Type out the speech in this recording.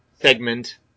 segment